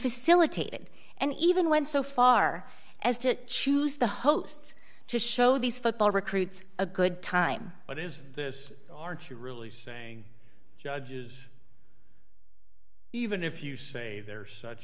facilitated and even went so far as to choose the hosts to show these football recruits a good time but is this aren't you really saying judges even if you say they're such